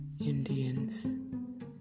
Indians